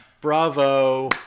Bravo